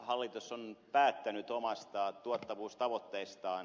hallitus on päättänyt omista tuottavuustavoitteistaan